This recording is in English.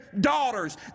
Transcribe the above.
daughters